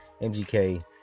MGK